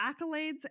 accolades